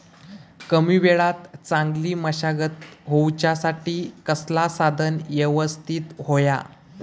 कमी वेळात चांगली मशागत होऊच्यासाठी कसला साधन यवस्तित होया?